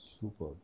Super